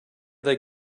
they